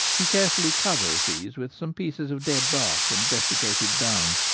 he carefully covers these with some pieces of dead bark and desiccated dung,